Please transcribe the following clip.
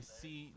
see